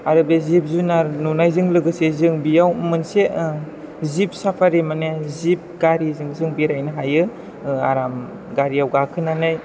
आरो बे जिब जुनार नुनायजों लोगोसे जों बेयाव मोनसे जिब साफारि मानि जिब गारिजों जों बेरायनो हायो आराम गारियाव गाखोनानै